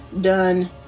done